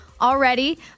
already